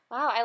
Wow